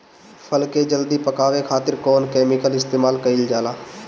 फल के जल्दी पकावे खातिर कौन केमिकल इस्तेमाल कईल जाला?